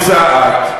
ופוצעת,